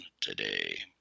today